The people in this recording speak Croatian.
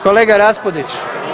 Kolega Raspudić.